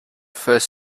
first